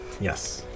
Yes